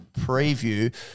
preview